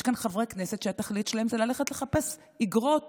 יש כאן חברי כנסת שהתכלית שלהם זה ללכת לחפש איגרות